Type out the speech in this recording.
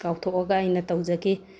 ꯀꯥꯎꯊꯣꯛꯑꯒ ꯑꯩꯅ ꯇꯧꯖꯈꯤ